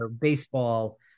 Baseball